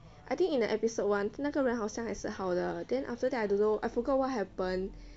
I think in the episode one 那个人好像还是好的 then after that I don't know I forgot what happen